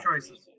choices